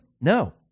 No